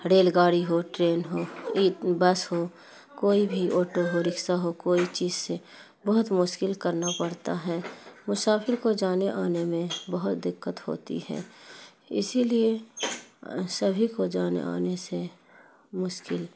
rail گاڑی ہو train ہو بس ہو کوئی بھی اوٹو ہو رکشا ہو کوئی چیز سے بہت مشکل کرنا پڑتا ہے مسافر کو جانے اور آنے میں بہت دقت ہوتی ہے اسی لیے سبھی کو جانے آنے سے مشکل